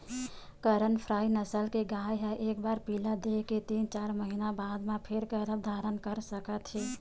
करन फ्राइ नसल के गाय ह एक बार पिला दे के तीन, चार महिना बाद म फेर गरभ धारन कर सकत हे